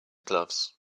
gloves